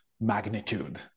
magnitude